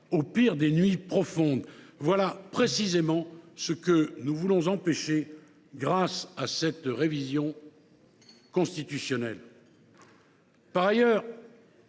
au pire des nuits profondes, voilà précisément ce que nous voulons empêcher grâce à cette révision constitutionnelle.